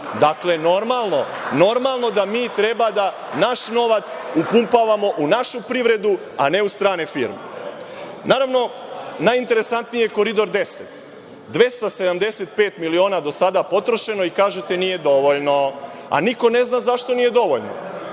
Dakle, normalno da mi treba da naš novac upumpavamo u našu privredu, a ne u strane firme. Naravno, najinteresantniji je Koridor 10, 275 miliona do sada potrošeno i kažete da nije dovoljno, a niko ne zna zašto nije dovoljno.